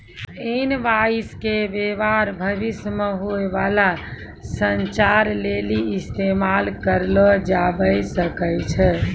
invoice के व्य्वहार भविष्य मे होय बाला संचार लेली इस्तेमाल करलो जाबै सकै छै